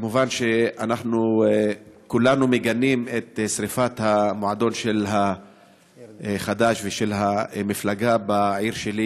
מובן שאנחנו כולנו מגנים את שרפת המועדון של חד"ש ושל המפלגה בעיר שלי,